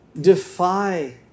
defy